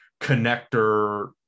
connector